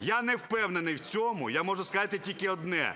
Я не впевнений в цьому. Я можу сказати тільки одне.